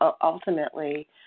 Ultimately